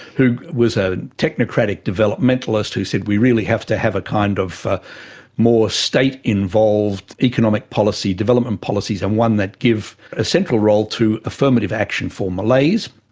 who was a technocratic developmentalist who said we really have to have a kind of more state involved economic policy, development policy, and one that gives a central role to affirmative action for malays.